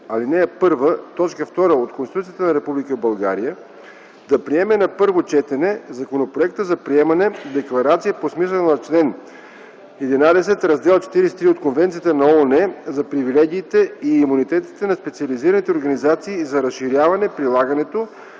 ал. 1, т. 2 от Конституцията на Република България да приеме на първо четене Законопроекта за приемане на декларация по смисъла на чл. ХІ, Раздел 43 от Конвенцията на ООН за привилегиите и имунитетите на специализираните организации за разширяване прилагането